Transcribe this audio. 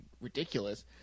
ridiculous